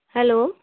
hello